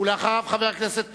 אחריו, חבר הכנסת פיניאן.